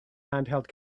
handheld